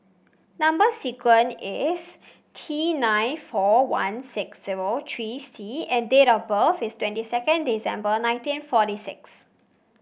number sequence is T nine four one six zero three C and date of birth is twenty second December nineteen forty six